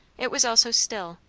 it was also still.